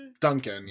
Duncan